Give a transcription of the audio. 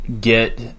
get